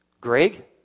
Greg